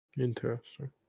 Interesting